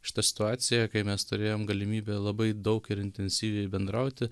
šita situacija kai mes turėjom galimybę labai daug ir intensyviai bendrauti